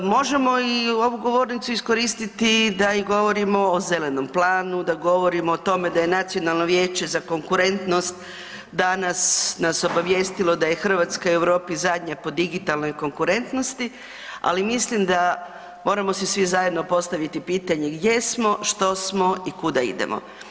Možemo i ovu govornicu iskoristiti i da i govorimo o zelenom planu, da govorimo o tome da je Nacionalno vijeće za konkurentnost danas nas obavijestilo da je Hrvatska u Europi zadnja po digitalnoj konkurentnosti, ali mislim da moramo si svi zajedno postaviti pitanje jesmo, što smo i kuda idemo.